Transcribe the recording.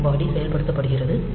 loop body செயல்படுத்தப்படுகிறது